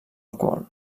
alcohol